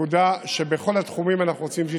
נקודה שבכל התחומים אנחנו רוצים שהיא